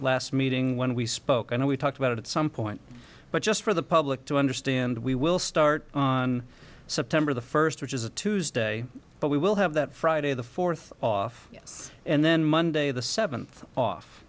last meeting when we spoke and we talked about it at some point but just for the public to understand we will start on september the first which is a tuesday but we will have that friday the fourth off and then monday the seventh off